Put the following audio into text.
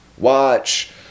watch